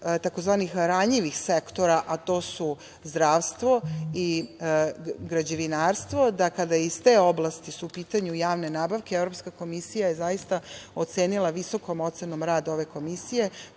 tzv. ranjivih sektora, a to su zdravstvo i građevinarstvo, kada su iz te oblasti u pitanju javne nabavke, Evropska komisija je zaista ocenila visokom ocenom rad ove Komisije.